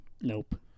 Nope